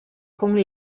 con